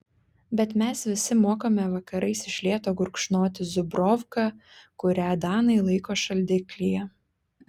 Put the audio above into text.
bet mes visi mokame vakarais iš lėto gurkšnoti zubrovką kurią danai laiko šaldiklyje